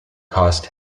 cost